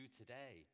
today